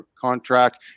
contract